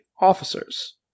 officers